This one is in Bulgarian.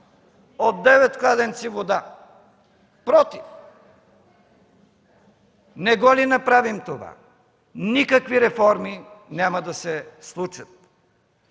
девет кладенци вода – против! Не го ли направим това, никакви реформи няма да се случат.